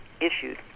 issued